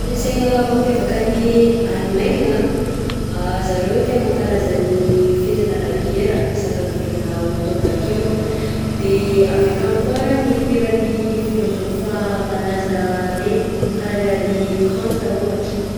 Kolonsaina mampiavaka any Allemagne ah, zareo tia mankalaza ny fetina labiera isaka ny volana oktobra akeo, de avy akany koa nipoirany filôzofa malaza regny, karahan'i Kant ohatra.